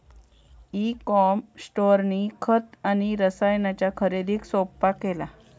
E com स्टोअरनी खत आणि रसायनांच्या खरेदीक सोप्पा केला